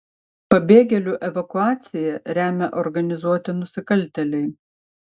pabėgėlių evakuaciją remia organizuoti nusikaltėliai